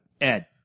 Ed